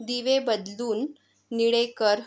दिवे बदलून निळे कर